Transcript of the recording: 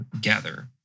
gather